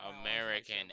American